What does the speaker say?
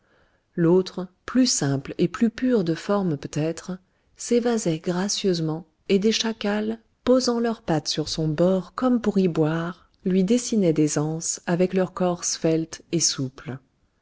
l'autre plus simple et plus pur de forme peut-être s'évasait gracieusement et des chacals posant leurs pattes sur son bord comme pour y boire lui dessinaient des anses avec leur corps svelte et souple